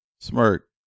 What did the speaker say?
Smirk